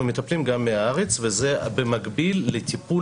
אנחנו מטפלים גם מהארץ וזה במקביל לטיפול